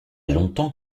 longtemps